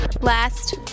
last